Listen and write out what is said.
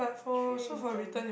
tray written